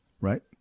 Right